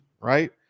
right